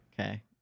Okay